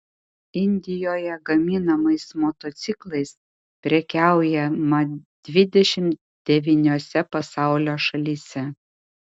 indijoje gaminamais motociklais prekiaujama dvidešimt devyniose pasaulio šalyse